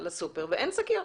לסופר ואין שקיות.